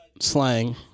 slang